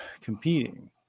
competing